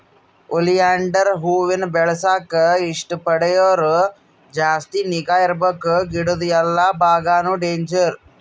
oleander ಹೂವಾನ ಬೆಳೆಸಾಕ ಇಷ್ಟ ಪಡೋರು ಜಾಸ್ತಿ ನಿಗಾ ಇರ್ಬಕು ಗಿಡುದ್ ಎಲ್ಲಾ ಬಾಗಾನು ಡೇಂಜರ್